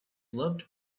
loved